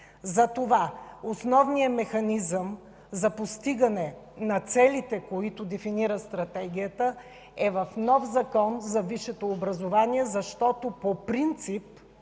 Затова основният механизъм за постигане на целите, които дефинират Стратегията, е нов Закон за висшето образование, защото по принцип